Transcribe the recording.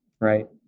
right